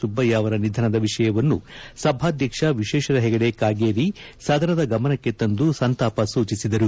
ಸುಬ್ಬಯ್ಯ ಅವರ ನಿಧನದ ವಿಷಯವನ್ನು ಸಭಾಧ್ಯಕ್ಷ ವಿಶ್ವೇಶ್ವರ ಹೆಗಡೆ ಕಾಗೇರಿ ಸದನದ ಗಮನಕ್ಕೆ ತಂದು ಸಂತಾಪ ಸೂಚಿಸಿದರು